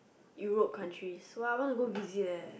Europe countries !wow! I wanna go visit leh